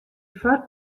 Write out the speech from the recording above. foar